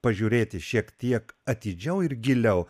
pažiūrėti šiek tiek atidžiau ir giliau